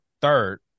third